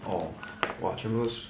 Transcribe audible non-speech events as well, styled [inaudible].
oh !wah! 全部都 [noise]